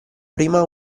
prima